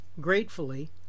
Gratefully